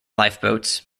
lifeboats